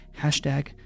hashtag